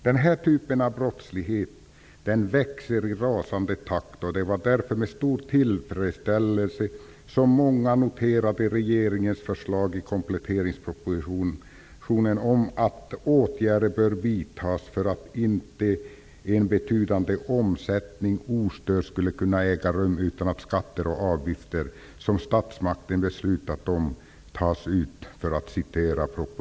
Den här typen av brottslighet växer i rasande takt, och det var därför med stor tillfredsställelse som många noterade regeringens förslag i kompletteringspropositionen om att åtgärder bör vidtas för att inte en betydande omsättning ostörd skall kunna äga rum utan att skatter och avgifter som statsmakten beslutat om tas ut.